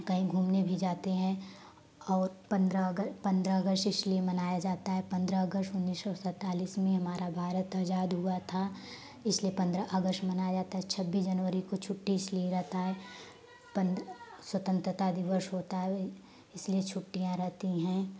कहीं घूमने भी जाते हैं और पंद्रह अगश पंद्रह अगश्त इसलिए मनाया जाता है पंद्रह अगश्त उन्नीस सौ सैतालीस में हमारा भारत आजाद हुआ था इसलिए पंद्रह अगश्त मनाया जाते है छब्बीस जनवरी को छुट्टी इसलिए रहता है पन स्वतन्त्रता दिवस होता है इसलिए छुट्टियाँ रहती हैं